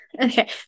okay